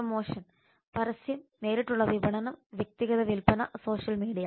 promotion പരസ്യം നേരിട്ടുള്ള വിപണനം വ്യക്തിഗത വിൽപ്പന സോഷ്യൽ മീഡിയ